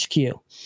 HQ